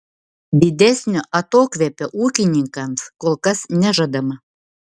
didesnio atokvėpio ūkininkams kol kas nežadama